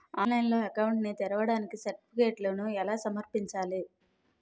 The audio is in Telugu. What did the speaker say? ఆన్లైన్లో అకౌంట్ ని తెరవడానికి సర్టిఫికెట్లను ఎలా సమర్పించాలి?